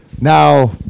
now